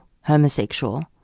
homosexual